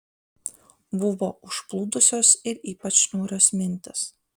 buvo užplūdusios ir ypač niūrios mintys